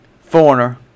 Foreigner